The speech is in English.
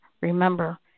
remember